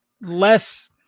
less